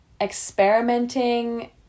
experimenting